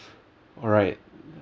alright